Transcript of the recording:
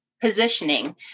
positioning